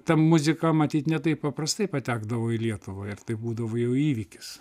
tą muziką matyt ne taip paprastai patekdavo į lietuvą ir tai būdavo jau įvykis